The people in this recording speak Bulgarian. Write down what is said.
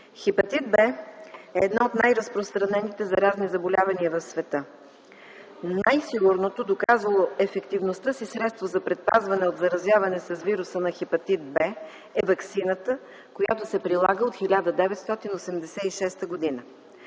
Хепатит „В” е едно от най-разпространените заразни заболявания в света. Най-сигурното, доказало ефективността си средство за предпазване от заразяване с вируса на хепатит „В” е ваксината, която се прилага от 1986 г.